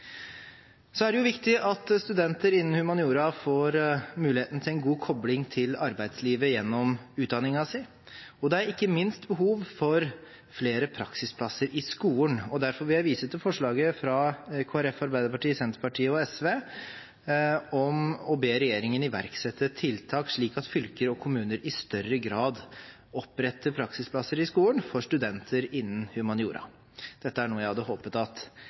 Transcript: Så regner jeg med at statsråden har merket seg flertallsmerknaden i innstillingen om at det da også må følge tilstrekkelig finansiering med. Det er viktig at studenter innen humaniora får muligheten til en god kobling til arbeidslivet gjennom utdanningen sin, og det er ikke minst behov for flere praksisplasser i skolen. Derfor vil jeg vise til forslaget til vedtak fra Kristelig Folkeparti, Arbeiderpartiet, Senterpartiet og SV om å be regjeringen iverksette tiltak slik at fylker og kommuner i større grad oppretter praksisplasser i